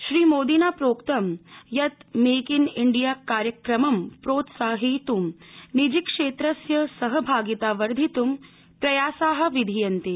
श्रीमोदिना प्रोक्तं यत् मेक इन इण्डिया कार्यक्रमं प्रोत्साहयित्ं निजी क्षेत्रस्य सहभागिता वर्धितु प्रयासाः विधीयन्ते